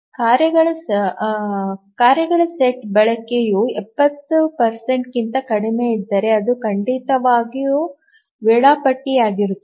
ಕಾರ್ಯಗಳ ಸೆಟ್ ಬಳಕೆಯು 70 ಕ್ಕಿಂತ ಕಡಿಮೆಯಿದ್ದರೆ ಅದು ಖಂಡಿತವಾಗಿಯೂ ವೇಳಾಪಟ್ಟಿಯಾಗಿರುತ್ತದೆ